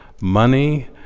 money